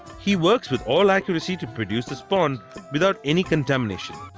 he works with all accuracy to produce the spawn without any contamination.